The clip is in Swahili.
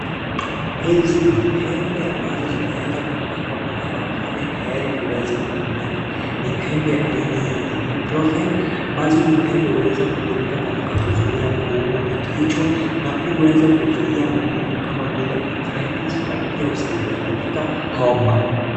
Hizi ni tembe ambazo zimeweza kuwekwa mahala pale tayari kuweza kutumika. Tembe aina ya ibuproven ambazo huweza kutumika katika kuumwa na kichwa. Na pia huweza kuzuia maumivu kama vile arthritis na pia husaidia homa.